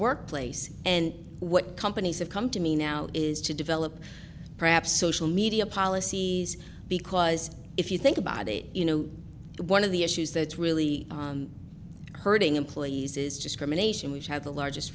workplace and what companies have come to me now is to develop perhaps social media policies because if you think about it you know one of the issues that's really hurting employees is discrimination which had the largest